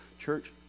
Church